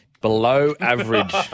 below-average